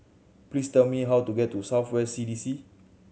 please tell me how to get to South West C D C